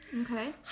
Okay